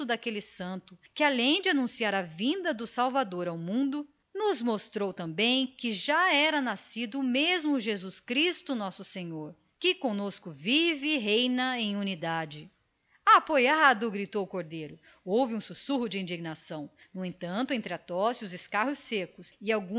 daquele santo que além de anunciar a vinda do salvador ao mundo nos mostrou também que era já nascido o mesmo jesus cristo nosso senhor que conosco vive e reina em unidade apoiado gritou o cordeiro desencadeou se um sussurro de indignação todavia entre a tosse os escarros secos